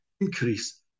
increase